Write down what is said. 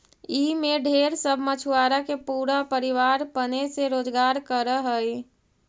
ई में ढेर सब मछुआरा के पूरा परिवार पने से रोजकार कर हई